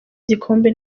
igikombe